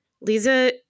Lisa